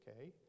okay